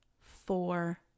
Four